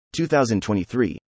2023